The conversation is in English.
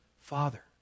Father